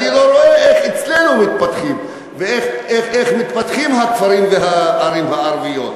אבל אני לא רואה איך אצלנו מתפתחים ואיך מתפתחים הערים והכפרים הערביים.